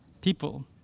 people